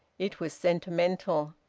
it was sentimental.